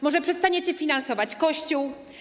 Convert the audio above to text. Może przestaniecie finansować Kościół?